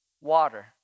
Water